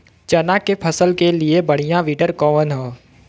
चना के फसल के लिए बढ़ियां विडर कवन ह?